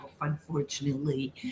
unfortunately